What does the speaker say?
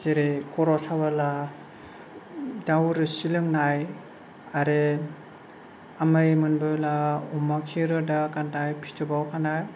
जेरै खर' सायोब्ला दाउ रोसि लोंनाय आरो आमाइ मन्दुला अमा खि रोदा गान्दाय फिथोबाव खाना